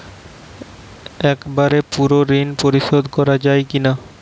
একবারে পুরো ঋণ পরিশোধ করা যায় কি না?